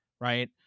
right